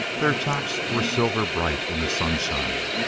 their tops were silver-bright in the sunshine.